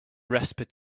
respite